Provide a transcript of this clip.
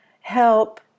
help